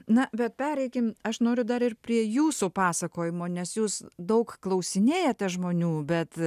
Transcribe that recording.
na bet pereikim aš noriu dar ir prie jūsų pasakojimo nes jūs daug klausinėjate žmonių bet